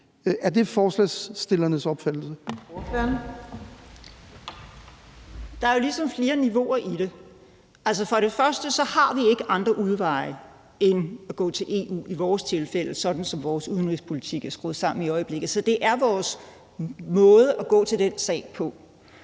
Helle Bonnesen (KF): Der er ligesom flere niveauer i det. For det første har vi ikke andre udveje end at gå til EU i vores tilfælde, sådan som vores udenrigspolitik er skruet sammen i øjeblikket. Så det er vores måde at gå til den sag på.